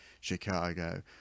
Chicago